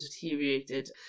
deteriorated